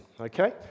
okay